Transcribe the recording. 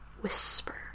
whisper